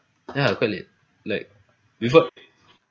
ya quite late like before